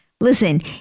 Listen